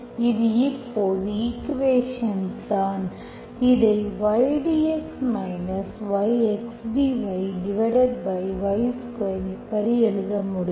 இது இப்போது ஈக்குவேஷன்ஸ் தான் இதை y dx x dyy2 இப்படி எழுத முடியும்